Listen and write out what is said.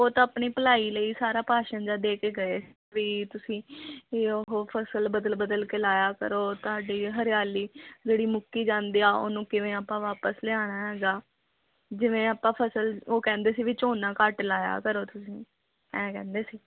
ਉਹ ਤਾਂ ਆਪਣੀ ਭਲਾਈ ਲਈ ਸਾਰਾ ਭਾਸ਼ਣ ਜਿਹਾ ਦੇ ਕੇ ਗਏ ਵੀ ਤੁਸੀਂ ਉਹ ਫਸਲ ਬਦਲ ਬਦਲ ਕੇ ਲਾਇਆ ਕਰੋ ਤੁਹਾਡੀ ਹਰਿਆਲੀ ਜਿਹੜੀ ਮੁੱਕੀ ਜਾਂਦੀ ਆ ਉਹਨੂੰ ਕਿਵੇਂ ਆਪਾਂ ਵਾਪਸ ਲਿਆਣਾ ਹੈਗਾ ਜਿਵੇਂ ਆਪਾਂ ਫਸਲ ਉਹ ਕਹਿੰਦੇ ਸੀ ਵੀ ਝੋਨਾ ਘੱਟ ਲਾਇਆ ਕਰੋ ਤੁਸੀਂ ਐਂ ਕਹਿੰਦੇ ਸੀ